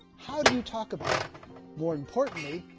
how do you talk about it more importantly?